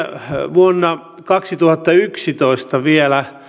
vuonna kaksituhattayksitoista vielä